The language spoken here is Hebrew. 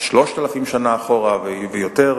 3,000 שנה אחורה ויותר,